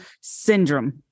syndrome